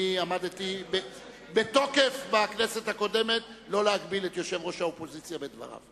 אני עמדתי בתוקף בכנסת הקודמת לא להגביל את יושב-ראש האופוזיציה בדבריו.